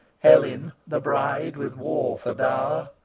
helen, the bride with war for dower?